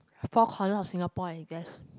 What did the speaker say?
four corner of Singapore I guess